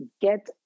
get